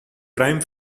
crime